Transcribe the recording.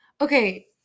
Okay